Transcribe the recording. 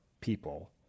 people